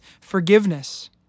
forgiveness